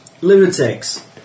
lunatics